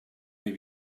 may